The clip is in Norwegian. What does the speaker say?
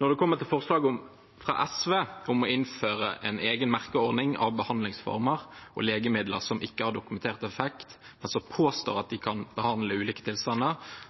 Når det kommer til forslaget fra SV om å innføre en egen merkeordning av behandlingsformer og legemidler som ikke har dokumentert effekt, men som påstår at de kan behandle ulike tilstander,